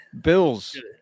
Bills